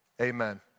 amen